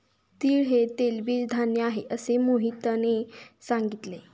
तीळ हे तेलबीज धान्य आहे, असे मोहितने सांगितले